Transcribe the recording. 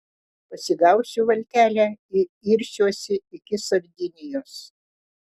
pasigausiu valtelę ir irsiuosi iki sardinijos